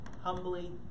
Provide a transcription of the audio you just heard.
humbly